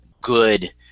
good